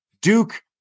Duke